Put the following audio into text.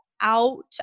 out